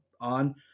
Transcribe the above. on